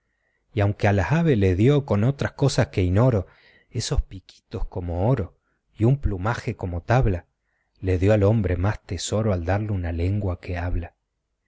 y aunque a las aves les dio con otras cosas que inoro esos piquitos como oro y un plumaje como tabla le dio al hombre más tesoro al darle una lengua que habla